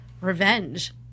revenge